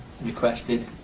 requested